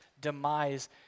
demise